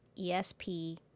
ESP